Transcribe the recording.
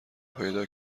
پیدا